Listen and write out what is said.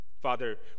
Father